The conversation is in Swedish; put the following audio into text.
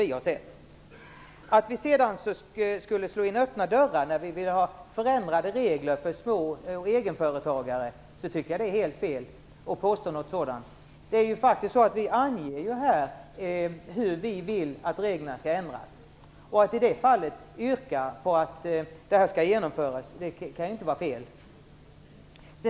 Det är helt fel att påstå att vi skulle slå in öppna dörrar när vi vill ha förändrade regler för egenföretagare. Vi anger ju här hur vi vill att reglerna skall ändras. Det kan därför inte vara fel att yrka på att det skall genomföras.